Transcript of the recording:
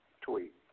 tweet